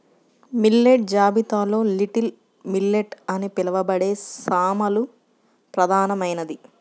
millet జాబితాలో little millet అని పిలవబడే సామలు ప్రధానమైనది